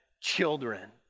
children